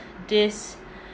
this